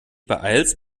beeilst